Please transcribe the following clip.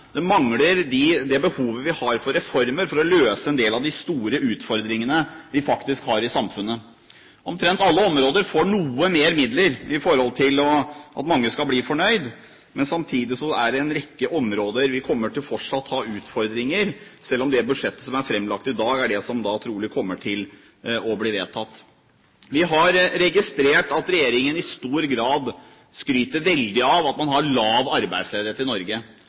det mangler det behovet vi har for reformer for å løse en del av de store utfordringene vi faktisk har i samfunnet. Omtrent alle områder får noe mer midler, slik at mange skal bli fornøyd, men samtidig kommer vi fortsatt til å ha utfordringer på en rekke områder, selv om det budsjettet som er framlagt i dag, er det som trolig kommer til å bli vedtatt. Vi har registrert at regjeringen i stor grad skryter veldig av at man har lav arbeidsledighet i Norge.